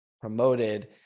promoted